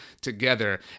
together